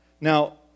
Now